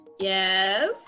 Yes